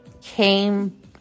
came